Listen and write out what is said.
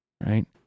Right